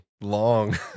long